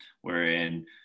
wherein